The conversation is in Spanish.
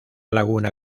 laguna